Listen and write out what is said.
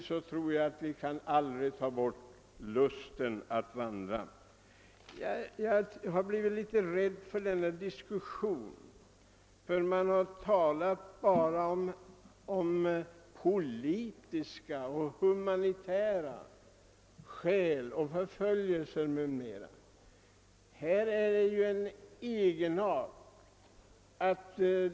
Jag tror också att vi inte kan ta bort deras lust att vandra. Jag har blivit litet rädd under diskussionen eftersom man bara har talat om politiska och humanitära skäl, förföljelser m.m. Här är det ju fråga om folkgrupp med egenart.